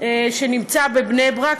שנמצא בבני-ברק,